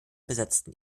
besetzten